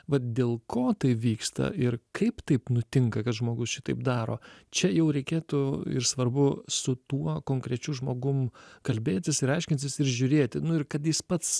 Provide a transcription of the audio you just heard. vat dėl ko tai vyksta ir kaip taip nutinka kad žmogus šitaip daro čia jau reikėtų ir svarbu su tuo konkrečiu žmogum kalbėtis ir aiškintis ir žiūrėti nu ir kad jis pats